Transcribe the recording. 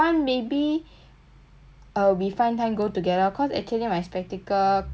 uh we find time go together cause actually my spectacle crack already I want to make new one